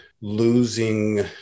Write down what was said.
losing